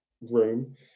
room